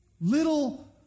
little